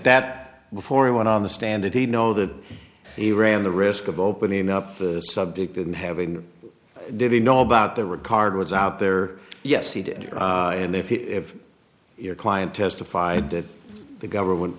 that before he went on the stand and he know that he ran the risk of opening up the subject and having did he know about the regard was out there yes he did and if your client testified that the government